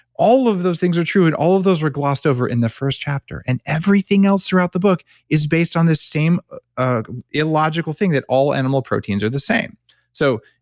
all of those things are true and all of those were glossed over in the first chapter. and everything else throughout the book is based on the same ah illogical thing that all animal proteins are the same so,